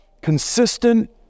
consistent